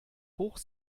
hoch